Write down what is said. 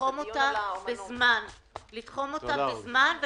לתחום בזמן את הוועדה הזאת שדיברו עליה